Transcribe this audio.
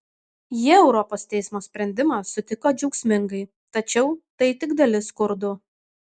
jie europos teismo sprendimą sutiko džiaugsmingai tačiau tai tik dalis kurdų